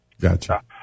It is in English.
Gotcha